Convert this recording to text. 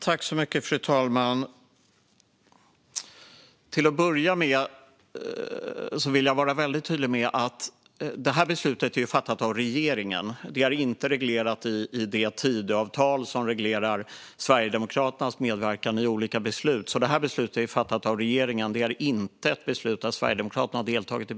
Fru talman! Till att börja med vill jag vara väldigt tydlig med att det här beslutet är fattat av regeringen. Detta är inte reglerat i det Tidöavtal som reglerar Sverigedemokraternas medverkan i olika beslut. Beslutet är fattat av regeringen. Det är inte ett beslut där Sverigedemokraterna har deltagit.